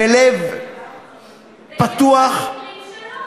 בלב פתוח, יש גם מקרים שלא.